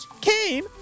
came